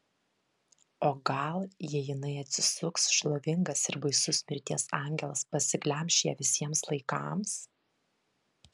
o gal jei jinai atsisuks šlovingas ir baisus mirties angelas pasiglemš ją visiems laikams